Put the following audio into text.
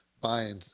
buying